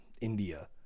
India